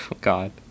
God